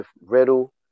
Riddle